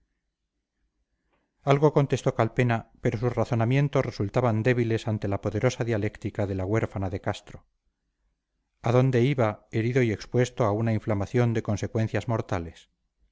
algo contestó calpena pero sus razonamientos resultaban débiles ante la poderosa dialéctica de la huérfana de castro a dónde iba herido y expuesto a una inflamación de consecuencias mortales